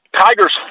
tiger's